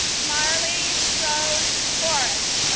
marley rose forest,